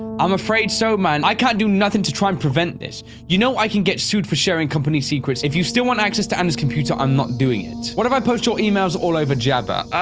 i'm afraid so man i can't do nothing to try and prevent this you know i can get sued for sharing company secrets if you still want access to anna's computer. i'm not doing it what if i post your emails all over jabba? ah?